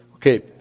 Okay